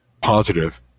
positive